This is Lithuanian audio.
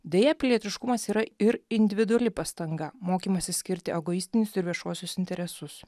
deja pilietiškumas yra ir individuali pastanga mokymasis skirti egoistinius ir viešuosius interesus